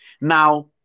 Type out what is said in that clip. Now